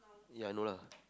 yeah no lah